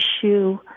issue